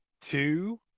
two